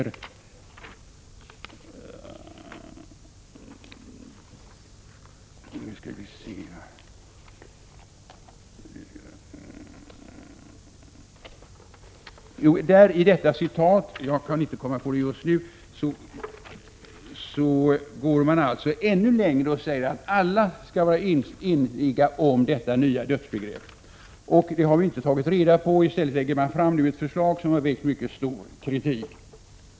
Om så är fallet har vi inte tagit reda på. I stället lägger man nu fram ett förslag som har väckt mycket stor kritik.